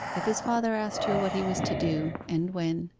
if his father asked her what he was to do, and when,